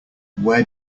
where